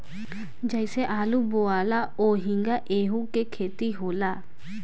जइसे आलू बोआला ओहिंगा एहू के खेती होला